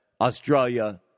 Australia